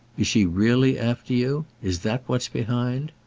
is she really after you? is that what's behind?